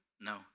No